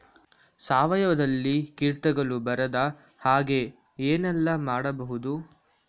ಸಾವಯವದಲ್ಲಿ ಕೀಟಗಳು ಬರದ ಹಾಗೆ ಏನೆಲ್ಲ ಮಾಡಬಹುದು?